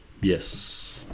Yes